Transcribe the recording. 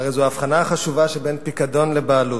הרי זו ההבחנה החשובה שבין פיקדון לבעלות.